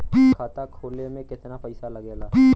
खाता खोले में कितना पैसा लगेला?